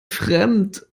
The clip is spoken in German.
fremd